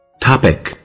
topic